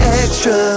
extra